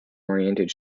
oriented